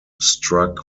struck